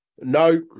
No